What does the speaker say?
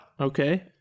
Okay